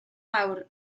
fawr